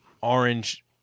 orange